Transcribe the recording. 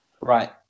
right